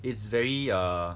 it's very uh